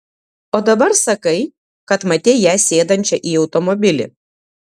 o dabar sakai kad matei ją sėdančią į automobilį